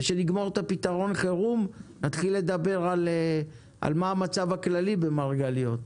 וכשנגמור את הפתרון חרום נתחיל לדבר על המצב הכללי במרגליות,